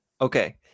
Okay